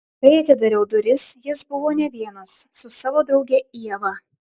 kai atidariau duris jis buvo ne vienas su savo drauge ieva